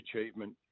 achievement